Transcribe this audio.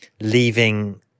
leaving